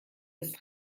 ist